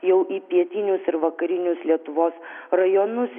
jau į pietinius ir vakarinius lietuvos rajonus